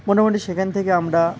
মোটামুটি সেখান থেকে আমরা